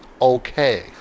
okay